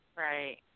Right